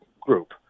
group